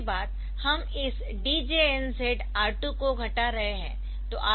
उसके बाद हम इस DJNZ R2 को घटा रहे है